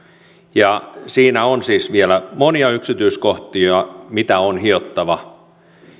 ja siinä on siis vielä monia yksityiskohtia mitä on hiottava